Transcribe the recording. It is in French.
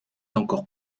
encore